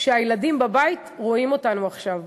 שהילדים בבית רואים אותנו עכשיו.